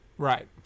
Right